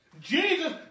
Jesus